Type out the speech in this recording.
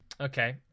Okay